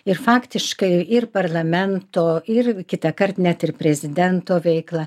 ir faktiškai ir parlamento ir kitąkart net ir prezidento veiklą